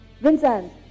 Vincent